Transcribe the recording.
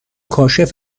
کاشف